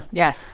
yes.